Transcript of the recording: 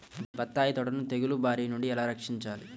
బత్తాయి తోటను తెగులు బారి నుండి ఎలా రక్షించాలి?